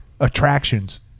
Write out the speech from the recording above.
attractions